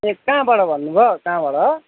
ए कहाँबाट भन्नु भयो कहाँबाट